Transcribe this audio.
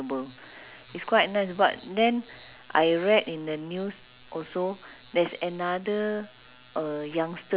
because usually I take breakfast with my husband right so I'll bring him along ask him to let let's go here he would just follow